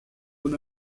una